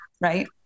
Right